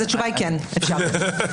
אז התשובה היא כן, אפשר.